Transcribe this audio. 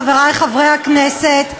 חברי חברי הכנסת,